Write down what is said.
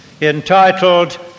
entitled